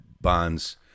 Bond's